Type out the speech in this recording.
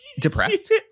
depressed